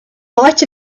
height